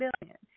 billion